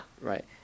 Right